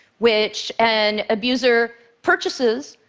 which an abuser purchases,